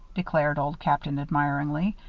declared old captain, admiringly,